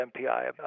MPI